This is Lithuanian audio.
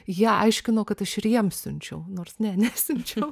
jie aiškino kad aš ir jiem siunčiau nors ne nesiunčiau